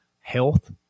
health